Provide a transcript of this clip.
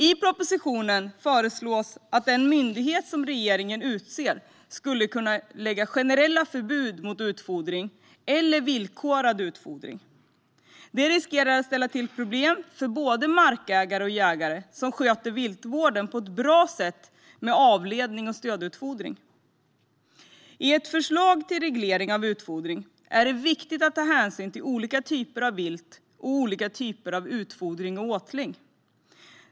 I propositionen föreslås att den myndighet som regeringen utser ska kunna införa generella förbud mot utfodring eller villkorad utfodring. Det riskerar att ställa till problem för både markägare och jägare som sköter viltvården på ett bra sätt med avledning och stödutfodring. I ett förslag till reglering av utfodring är det viktigt att ta hänsyn till olika typer av vilt och olika typer av utfodring och åtling.